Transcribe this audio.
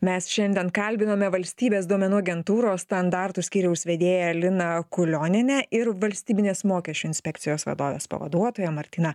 mes šiandien kalbinome valstybės duomenų agentūros standartų skyriaus vedėją liną kulionienę ir valstybinės mokesčių inspekcijos vadovės pavaduotoją martyną